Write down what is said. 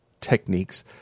techniques